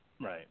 Right